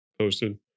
posted